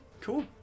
Cool